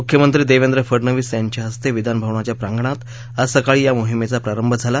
मुख्यमंत्री देवेंद्र फडनवीस यांच्या हस्ते विधानभवनाच्या प्रांगणात आज सकाळी या मोहिमेचा प्रारंभ झाला